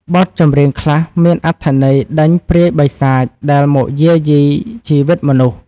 បទចម្រៀងខ្លះមានអត្ថន័យដេញព្រាយបិសាចដែលមកយាយីជីវិតមនុស្ស។